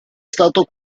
stato